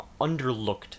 underlooked